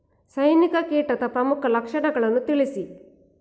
ಸೈನಿಕ ಕೀಟದ ಪ್ರಮುಖ ಲಕ್ಷಣಗಳನ್ನು ತಿಳಿಸಿ?